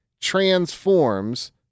transforms